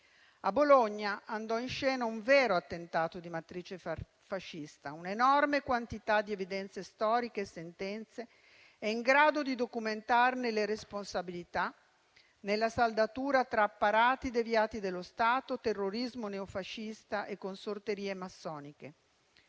A Bologna andò in scena un vero attentato di matrice fascista. Un'enorme quantità di evidenze storiche e di sentenze è in grado di documentarne le responsabilità nella saldatura tra apparati deviati dello Stato, terrorismo neofascista e consorterie massoniche.